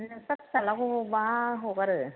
नोंस्रा फिसालाखौ बहा हगारो